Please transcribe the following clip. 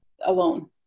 alone